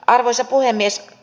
arvoisa puhemies